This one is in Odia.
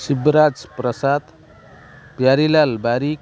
ଶିବରାଜ ପ୍ରସାଦ ପ୍ୟାରିଲାଲ୍ ବାରିକ